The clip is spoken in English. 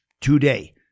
today